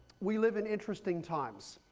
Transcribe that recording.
we live in interesting times,